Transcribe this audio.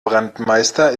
brandmeister